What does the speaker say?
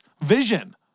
Vision